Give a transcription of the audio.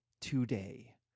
today